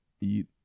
eat